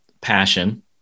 passion